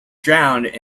drowned